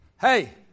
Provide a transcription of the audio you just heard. hey